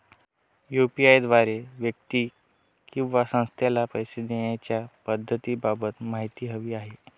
UPI द्वारे व्यक्ती किंवा संस्थेला पैसे देण्याच्या पद्धतींबाबत माहिती हवी आहे